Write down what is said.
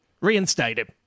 Reinstated